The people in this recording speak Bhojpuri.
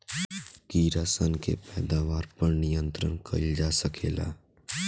कीड़ा सन के पैदावार पर नियंत्रण कईल जा सकेला